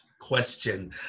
question